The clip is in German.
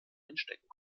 einstecken